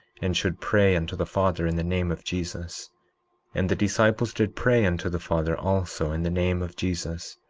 and should pray unto the father in the name of jesus and the disciples did pray unto the father also in the name of jesus.